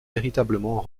véritablement